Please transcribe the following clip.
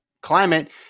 climate